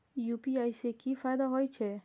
UPI से की फायदा हो छे?